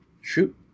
shoot